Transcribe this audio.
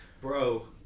bro